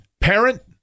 parent